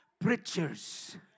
preachers